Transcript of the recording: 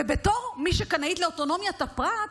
ובתור מי שקנאית לאוטונומיית הפרט,